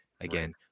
again